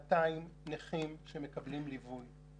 לגבי דבריך איך הסכמנו לדבר הזה,